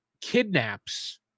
kidnaps